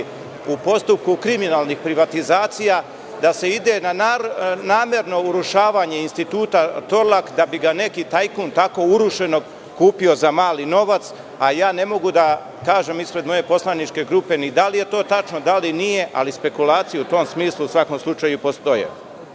u postupku kriminalnih privatizacija, da se ide na namerno urušavanje Instituta „Torlak“, da bi ga neki tajkun tako urušenog kupio za mali novac, a ja ne mogu da kažem ispred moje poslaničke grupe ni da li je to tačno, da li nije, ali spekulacije u tom smislu, u svakom slučaju postoje. Zbog